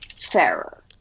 fairer